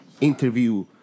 Interview